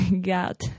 God